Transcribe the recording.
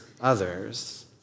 others